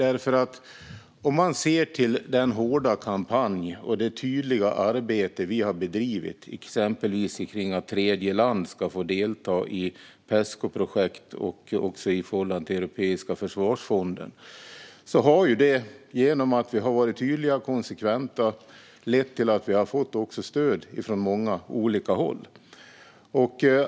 Man kan se till den hårda kampanj och det tydliga arbete vi har bedrivit exempelvis om att tredjeland ska få delta i Pescoprojekt också i förhållande till Europeiska försvarsfonden. Genom att vi har varit tydliga och konsekventa har det lett till att vi har fått stöd från många olika håll.